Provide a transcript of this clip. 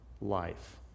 life